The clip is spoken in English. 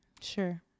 Sure